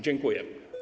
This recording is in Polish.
Dziękuję.